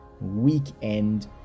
weekend